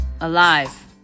alive